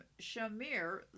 Shamir